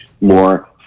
more